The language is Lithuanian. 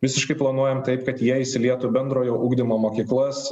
visiškai planuojam taip kad jie įsilietų į bendrojo ugdymo mokyklas